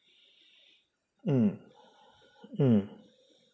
mm mm